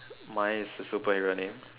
mine is a superhero name